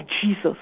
Jesus